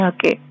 Okay